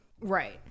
Right